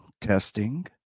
testing